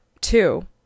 Two